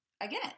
again